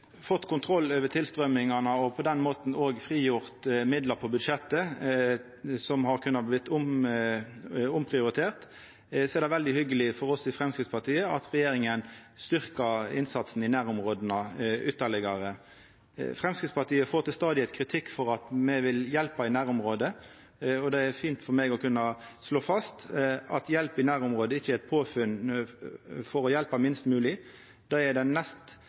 fått frigjort midlar på budsjettet som har kunna bli omprioriterte, er det veldig hyggjeleg for oss i Framstegspartiet at regjeringa styrkjer innsatsen i nærområda ytterlegare. Framstegspartiet får stadig kritikk for at me vil hjelpa i nærområdet, og det er fint for meg å kunna slå fast at hjelp i nærområdet ikkje er eit påfunn for å hjelpa minst mogleg, det er den nest